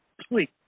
please